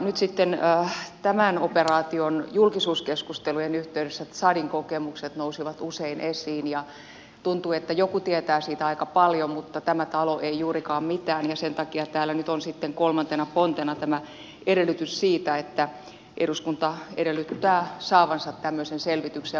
nyt sitten tämän operaation julkisuuskeskustelujen yhteydessä tsadin kokemukset nousivat usein esiin ja tuntuu että joku tietää siitä aika paljon mutta tämä talo ei juurikaan mitään ja sen takia täällä nyt on sitten kolmantena pontena tämä edellytys siitä että eduskunta edellyttää saavansa tämmöisen selvityksen ja vaikuttavuusarvion